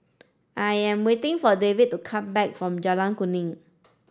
I am waiting for David to come back from Jalan Kuning